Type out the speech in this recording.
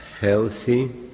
healthy